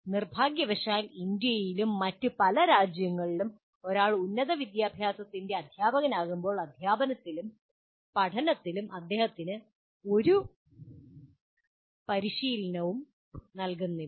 നിർഭാഗ്യവശാൽ ഇന്ത്യയിലും മറ്റ് പല രാജ്യങ്ങളിലും ഒരാൾ ഉന്നതവിദ്യാഭ്യാസത്തിൽ അദ്ധ്യാപകനാകുമ്പോൾ അധ്യാപനത്തിലും പഠനത്തിലും അദ്ദേഹത്തിന് ഒരു പരിശീലനവും നൽകുന്നില്ല